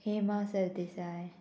Hema Sardesai